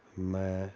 ਮੈਂ